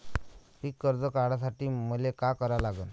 पिक कर्ज काढासाठी मले का करा लागन?